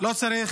כן,